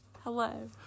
Hello